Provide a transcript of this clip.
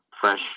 fresh